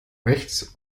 rechts